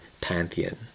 pantheon